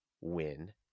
win